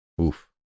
oof